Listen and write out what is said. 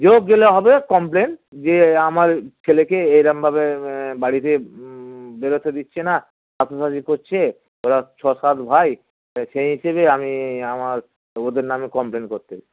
যোগ গেলে হবে কমপ্লেন যে আমার ছেলেকে এইরকমভাবে বাড়িতে বেরোতে দিচ্ছে না করছে ওরা ছ সাত ভাই সেই হিসেবে আমি আমার ওদের নামে কমপ্লেন করতে